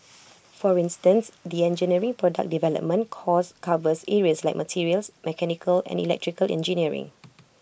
for instance the engineering product development course covers areas like materials mechanical and electrical engineering